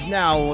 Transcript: now